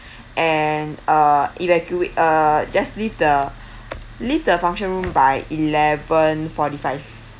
and uh evacuate uh just leave the leave the function room by eleven forty-five